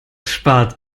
spart